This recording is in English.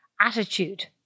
attitude